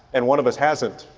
and one of us hasn't.